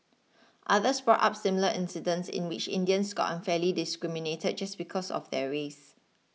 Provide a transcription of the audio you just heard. others brought up similar incidents in which Indians got unfairly discriminated just because of their race